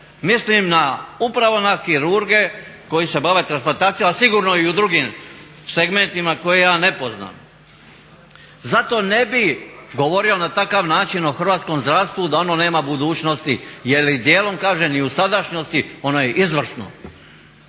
Mislim upravo na kirurge koji se bave transplantacijom. Ali sigurno i u drugim segmentima koje ja ne poznajem. Zato ne bih govorio na takav način o hrvatskom zdravstvu da ono nema budućnosti. Jer dijelom kažem i u sadašnjosti ono je izvrsno.